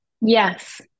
yes